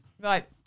Right